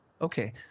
Okay